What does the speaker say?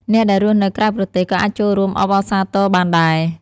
អ្នកដែលរស់នៅក្រៅប្រទេសក៏អាចចូលរួមអបអរសាទរបានដែរ។